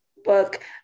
book